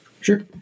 Sure